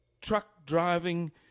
truck-driving